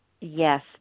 Yes